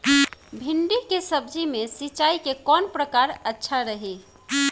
भिंडी के सब्जी मे सिचाई के कौन प्रकार अच्छा रही?